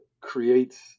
creates